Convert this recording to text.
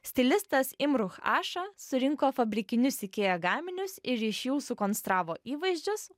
stilistas imruch aša surinko fabrikinius ikea gaminius ir iš jų sukonstravo įvaizdžius